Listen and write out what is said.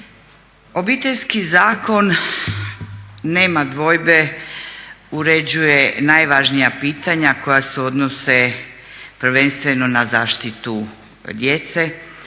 Obiteljski zakon nema dvojbe uređuje najvažnija pitanja koja se odnose prvenstveno na zaštitu djece,